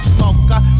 Smoker